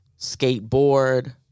skateboard